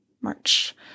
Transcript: March